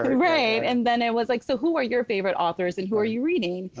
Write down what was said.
right. and then it was like, so who are your favorite authors? and who are you reading?